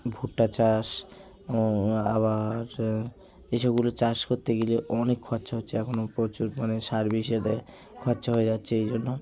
ভুট্টা চাষ আবার এই সবগুলো চাষ করতে গেলে অনেক খরচা হচ্ছে এখনো প্রচুর মানে সার বিষে দেয় খরচা হয়ে যাচ্ছে এই জন্য